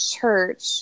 church